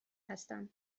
هستم